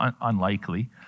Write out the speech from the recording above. unlikely